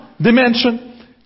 dimension